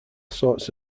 sorts